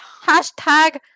Hashtag